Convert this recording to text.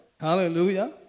Hallelujah